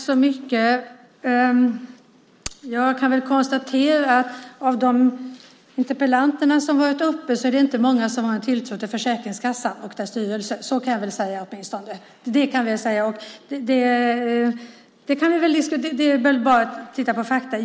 Herr talman! Jag kan konstatera att av de interpellanter som varit uppe är det inte många som har tilltro till Försäkringskassan och dess styrelse. Så kan jag väl säga åtminstone. Det är bara att titta på fakta.